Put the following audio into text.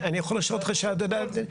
אני יכול לשאול אותך שאלה לגבי זה?